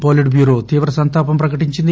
politburo తీవ్ర సంతాపం ప్రకటించింది